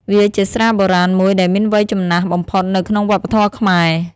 វាជាស្រាបុរាណមួយដែលមានវ័យចំណាស់បំផុតនៅក្នុងវប្បធម៌ខ្មែរ។